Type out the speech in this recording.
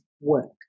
work